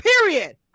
Period